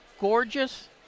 gorgeous